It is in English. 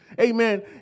amen